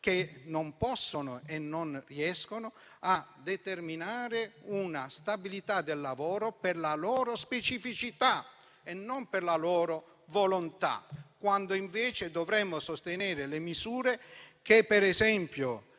che non possono e non riescono a determinare una stabilità del lavoro per la loro specificità e non per la loro volontà. Dovremmo sostenere le misure che, per esempio,